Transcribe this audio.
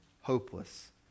hopeless